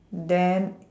then